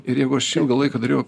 ir jeigu aš ilgą laiką dariau